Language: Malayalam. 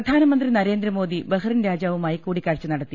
പ്രധാനമന്ത്രി നരേന്ദ്രമോദി ബഹറിൻ രാജാവുമായി കൂടി ക്കാഴ്ച നടത്തി